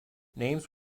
names